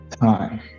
time